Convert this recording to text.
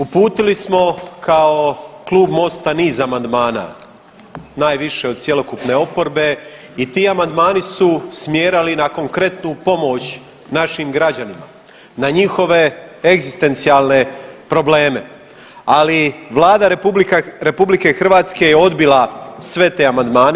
Uputili smo kao Klub MOST-a niz amandmana, najviše od cjelokupne oporbe i ti amandmani su smjerali na konkretnu pomoć našim građanima, na njihove egzistencijalne probleme, ali Vlada RH je odbila sve te amandmane.